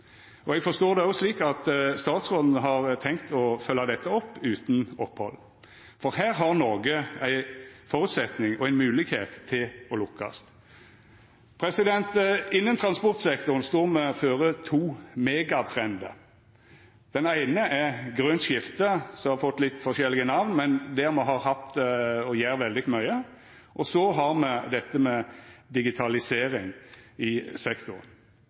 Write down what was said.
Stortinget. Eg forstår det også slik at statsråden har tenkt å følgja dette opp utan opphald. Her har Noreg føresetnad for og moglegheit til å lukkast. Innan transportsektoren står me føre to megatrendar. Den eine er grønt skifte, som har fått litt forskjellige namn, men der vi har gjort og gjer veldig mykje. Så har vi dette med digitalisering i sektoren.